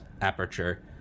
aperture